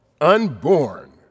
unborn